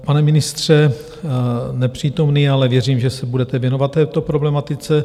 Pane ministře nepřítomný, ale věřím, že se budete věnovat této problematice.